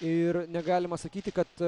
ir negalima sakyti kad